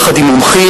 יחד עם מומחים,